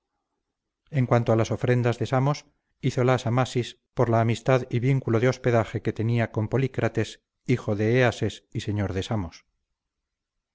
en cuanto a las ofrendas de samos hízolas amasis por la amistad y vínculo de hospedaje que tenía con polícrates hijo de eases y señor de samos